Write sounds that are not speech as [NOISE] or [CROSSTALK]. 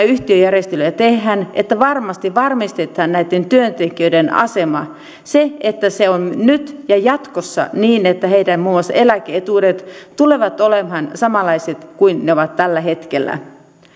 [UNINTELLIGIBLE] yhtiöjärjestelyjä tehdään että varmasti varmistetaan näitten työntekijöiden asema että se on nyt ja jatkossa niin että muun muassa heidän eläke etuutensa tulevat olemaan samanlaiset kuin ne ovat tällä hetkellä